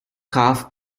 calf